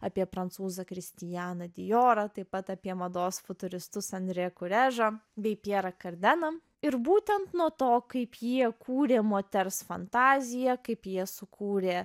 apie prancūzą kristianą dijorą taip pat apie mados futuristus andre kurežą bei pjerą kardeną ir būtent nuo to kaip jie kūrė moters fantaziją kaip jie sukūrė